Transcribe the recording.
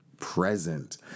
present